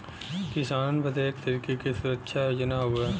किसानन बदे एक तरीके के सुरक्षा योजना हउवे